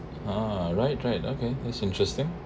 oh right right okay that's interesting